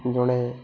ଜଣେ